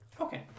Okay